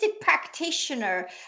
practitioner